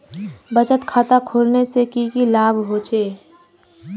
बचत खाता खोलने से की की लाभ होचे?